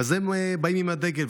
הם באים עם הדגל,